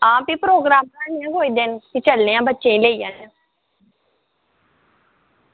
आं भी प्रोग्राम बी बच्चें ई लेई जन्ने आं